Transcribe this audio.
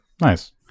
Nice